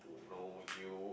to know you